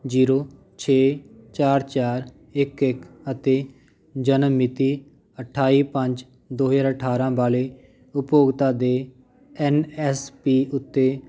zero ਛੇ ਚਾਰ ਚਾਰ ਇੱਕ ਇੱਕ ਅਤੇ ਜਨਮ ਮਿਤੀ ਅਠਾਈ ਪੰਜ ਦੋ ਹਜ਼ਾਰ ਅਠਾਰਾਂ ਵਾਲੇ ਉਪਭੋਗਤਾ ਦੇ ਐੱਨ ਐੱਸ ਪੀ ਉੱਤੇ